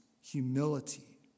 humility